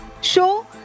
show